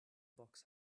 box